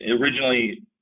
originally